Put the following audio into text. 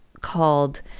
called